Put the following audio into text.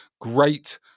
great